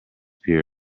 pure